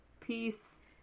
peace